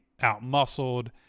out-muscled